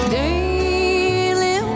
daily